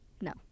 No